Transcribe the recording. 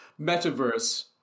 metaverse